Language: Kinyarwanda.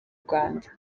rwanda